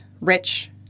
rich